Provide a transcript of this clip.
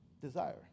Desire